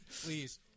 Please